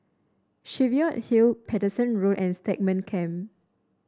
Cheviot Hill Paterson Road and Stagmont Camp